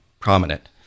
prominent